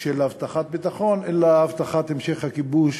של הבטחת ביטחון, אלא הבטחת המשך הכיבוש